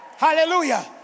Hallelujah